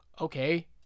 okay